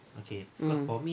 um